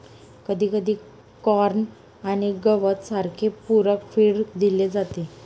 कधीकधी कॉर्न आणि गवत सारखे पूरक फीड दिले जातात